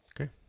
Okay